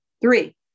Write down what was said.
Three